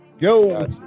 go